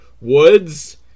woods